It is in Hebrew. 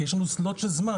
כי יש לנוslot של זמן.